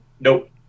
Nope